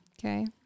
Okay